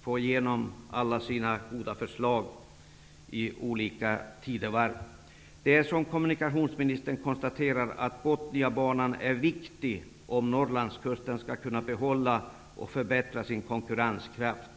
få igenom alla sina goda förslag i olika tidevarv. Som kommunikationsministern konstaterar, är Botniabanan viktig om Norrlandskusten skall kunna behålla och förbättra sin konkurrenskraft.